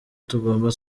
tugomba